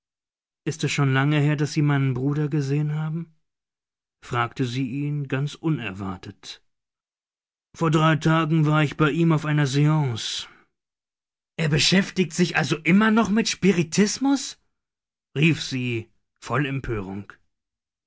ist es schon lange her daß sie meinen bruder gesehen haben fragte sie ihn ganz unerwartet vor drei tagen war ich bei ihm auf einer seance er beschäftigt sich also immer noch mit spiritismus rief sie voll empörung